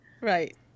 right